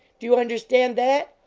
do you understand that?